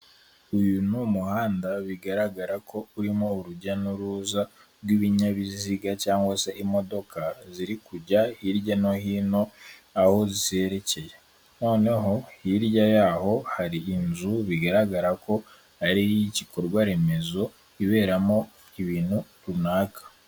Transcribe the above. Uyu ni umuhanda bigaragara ko urimo urujya n'uruza rw'ibinyabiziga cyangwa se imodoka ziri kujya hirya no hino aho zerekeye, noneho hirya yaho hari inzu bigaragara ko ari iy'igikorwaremezo iberamo ibintu runaka.